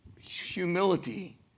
humility